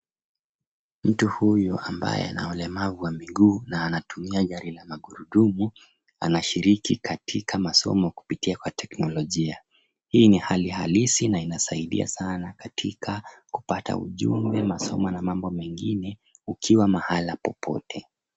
Mtu huyu ambaye ana ulemavu wa miguu na anatumia gari la magurudumu anashiriki katika masomo kupitia kwa teknolojia. Hii ni hali ya halisi na inasaidia sana katika kupata ujumbe, masomo na mambo mengine ukiwa mahala popote.